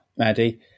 Maddie